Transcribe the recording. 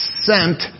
sent